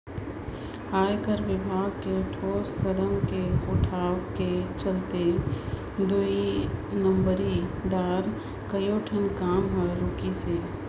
आयकर विभाग के ठोस कदम के उठाव के चलते दुई नंबरी दार कयोठन काम हर रूकिसे